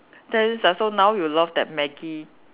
there is ah so now you love that Maggi